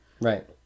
Right